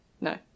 No